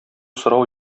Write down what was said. сорау